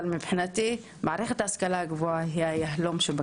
היהלום שבכתר.